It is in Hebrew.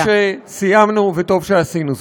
טוב שסיימנו, וטוב שעשינו זאת.